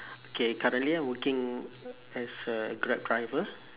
okay currently I'm working as a grab driver